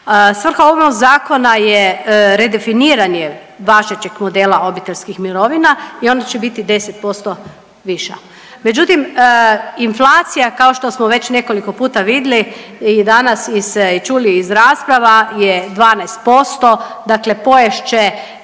Svrha ovog zakona je redefiniranje važećeg modela obiteljskih mirovina i onda će biti 10% viša, međutim inflacija kao što smo već nekoliko puta vidjeli i danas i se i čuli iz rasprava je 12%, dakle pojest